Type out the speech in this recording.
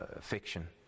fiction